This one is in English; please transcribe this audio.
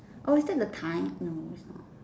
oh is that the time no it's not